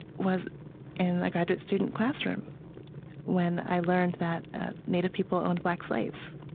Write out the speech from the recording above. was in my graduate student classroom when i learned that native people owned black slaves.